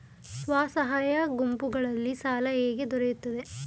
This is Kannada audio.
ಸ್ವಸಹಾಯ ಗುಂಪುಗಳಿಗೆ ಸಾಲ ಹೇಗೆ ದೊರೆಯುತ್ತದೆ?